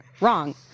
Wrong